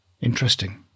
Interesting